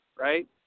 right